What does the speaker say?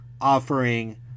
offering